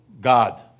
God